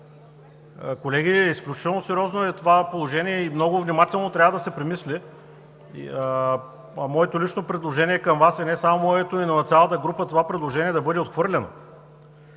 Колеги, изключително сериозно е това положение и много внимателно трябва да се премисли. Моето лично предложение към Вас, а и не само моето – и на цялата група, е това предложение да бъде отхвърлено.